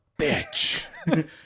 bitch